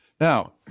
Now